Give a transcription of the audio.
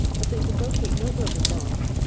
but they could locate no broken bones,